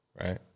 right